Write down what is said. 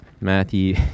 Matthew